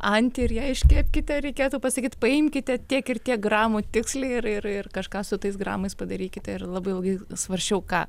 antį ir ją iškepkite reikėtų pasakyt paimkite tiek ir tiek gramų tiksliai ir ir ir kažką su tais gramais padarykite ir labai ilgai svarsčiau ką